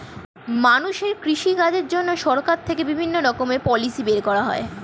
মানুষের কৃষি কাজের জন্য সরকার থেকে বিভিন্ন রকমের পলিসি বের করা হয়